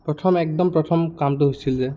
প্ৰথম একদম প্ৰথম কামটো হৈছিল যে